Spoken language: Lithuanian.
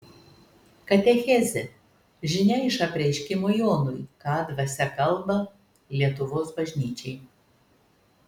katechezė žinia iš apreiškimo jonui ką dvasia kalba lietuvos bažnyčiai